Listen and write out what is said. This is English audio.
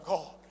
God